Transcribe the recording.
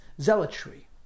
zealotry